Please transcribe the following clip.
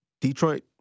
Detroit